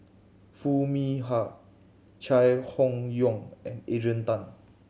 Foo Mee Har Chai Hon Yoong and Adrian Tan